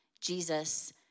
Jesus